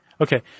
Okay